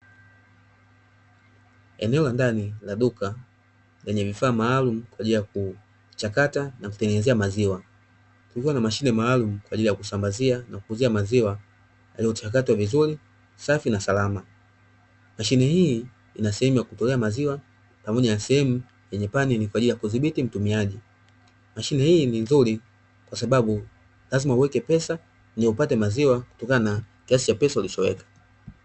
Eneo la ndani na duka lenye vifaa maalum kwa ajili ya kuchakata na kutengeneza maziwa, kukiwa na mashine maalum kwa ajili ya kusambazia na kuuzia maziwa yaliyochakatwa vizuri, safi na salama. Mashine hii ina sehemu ya kutolea maziwa pamoja na sehemu yenye paneli kwa ajili ya kudhibiti mtumiaji. Mashine hii ni nzuri, kwa sababu lazima uweke pesa ni upate maziwa kutokana na kiasi cha pesa ulichoweka.